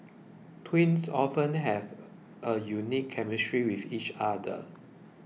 twins often have a unique chemistry with each other